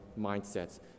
mindsets